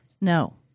No